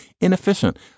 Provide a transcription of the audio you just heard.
inefficient